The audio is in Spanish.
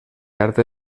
arte